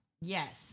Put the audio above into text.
Yes